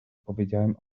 powiedziałam